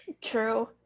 True